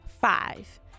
Five